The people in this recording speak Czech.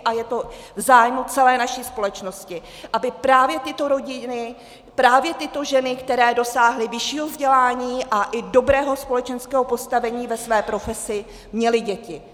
A je v zájmu celé naší společnosti, aby právě tyto rodiny, právě tyto ženy, které dosáhly vyššího vzdělání a i dobrého společenského postavení ve své profesi, měly děti.